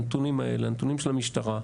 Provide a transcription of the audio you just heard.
הנתונים האלה, הנתונים של המשטרה.